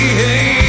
hey